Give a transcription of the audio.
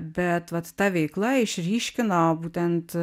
bet vat ta veikla išryškino būtent